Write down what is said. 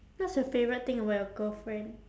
what's your favourite thing about your girlfriend